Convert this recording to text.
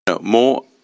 more